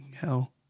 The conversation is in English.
hell